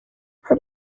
her